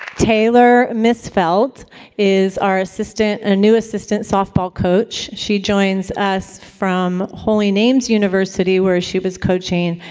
taylor misfeldt is our assistant ah new assistant softball coach. she joins us from holy names university, where she was coaching,